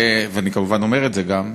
אני כמובן אומר את זה גם,